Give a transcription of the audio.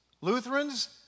Lutherans